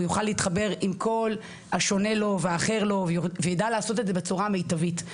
יוכל להתחבר עם כל השונה לו והאחר לו ויידע לעשות את זה בצורה מיטבית.